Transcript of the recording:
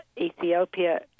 Ethiopia